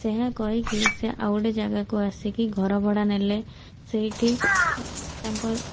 ସେହା କହିକି ସେ ଆଉ ଗୋଟିଏ ଜାଗାକୁ ଆସିକି ଘରଭଡ଼ା ନେଲେ ସେଇଠି ତାଙ୍କ